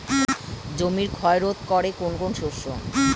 জমির ক্ষয় রোধ করে কোন কোন শস্য?